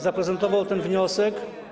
zaprezentował ten wniosek.